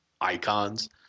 icons